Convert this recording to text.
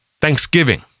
Thanksgiving